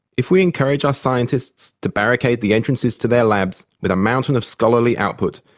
if we encourage our scientists to barricade the entrances to their labs with a mountain of scholarly output,